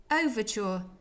Overture